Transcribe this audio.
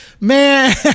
Man